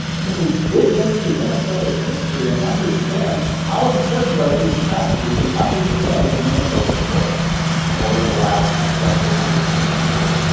can we dig into minnesota's history and understand how important are these factors in understanding minnesota's growth over the last, roughly, one hundred and fifty years?